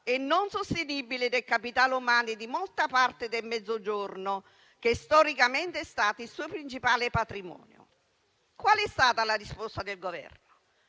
e non sostenibile del capitale umano e di molta parte del Mezzogiorno, che storicamente è stato il suo principale patrimonio. Qual è stata la risposta del Governo?